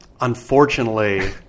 Unfortunately